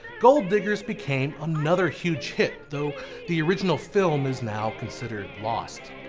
gold diggers became another huge hit though the original film is now considered lost.